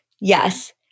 Yes